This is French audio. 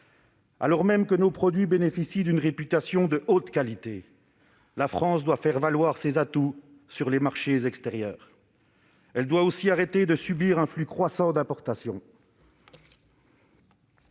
Alors même que ses produits bénéficient d'une réputation de haute qualité, la France doit faire valoir ses atouts sur les marchés extérieurs. Elle doit aussi arrêter de subir un flux croissant d'importations.